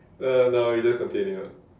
uh no we didn't continue